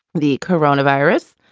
the coronavirus,